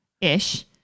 Ish